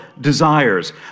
desires